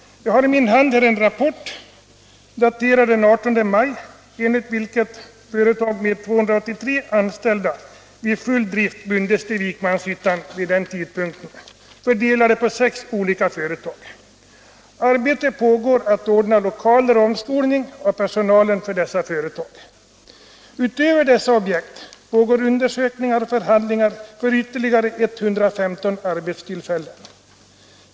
Jag har i min hand en rapport, daterad den 18 maj, enligt vilken företag med 283 anställda vid full drift bands till Vikmanshyttan, fördelade på sex olika företag. Arbete med att ordna lokaler och omskolning av personal har påbörjats för dessa företag. Utöver dessa objekt pågår undersökningar och förhandlingar för ytterligare 115 arbetstillfällen.